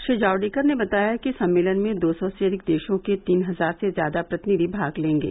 श्री जावडेकर ने बताया कि सम्मेलन में दो सौ से अधिक देशों के तीन हजार से ज्यादा प्रतिनिधि भाग लेंगे